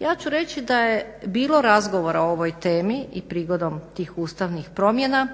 Ja ću reći da je bilo razgovora o ovoj temi i prigodom tih ustavnih promjena,